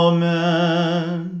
Amen